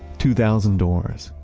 two thousand doors,